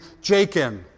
Jacob